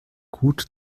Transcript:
gut